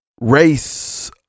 race